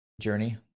journey